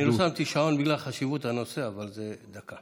לא שמתי שעון בגלל חשיבות הנושא, אבל זו דקה.